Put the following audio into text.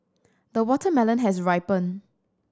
the watermelon has ripened